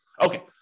Okay